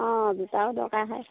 অঁ দুটাও দৰকাৰ হয়